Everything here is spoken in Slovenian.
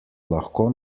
lahko